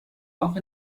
auch